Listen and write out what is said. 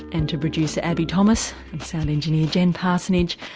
and to producer abbie thomas and sound engineer jen parsonage.